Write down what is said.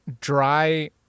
dry